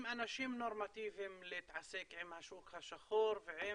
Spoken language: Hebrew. אנשים נורמטיביים להתעסק עם השוק השחור ועם